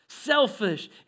selfish